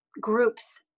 groups